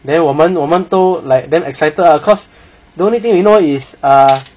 then 我们我们都 like damn excited lah cause the only thing we know is err